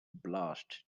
blushed